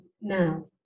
now